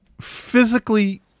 physically